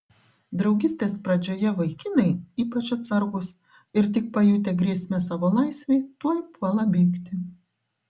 draugystės pradžioje vaikinai ypač atsargūs ir tik pajutę grėsmę savo laisvei tuoj puola bėgti